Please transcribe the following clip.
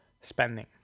spending